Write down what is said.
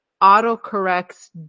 auto-corrects